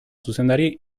zuzendari